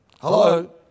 Hello